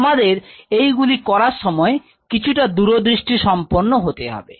আমাদের এই গুলি করার সময় কিছুটা দূরদৃষ্টি সম্পন্ন হতে হবে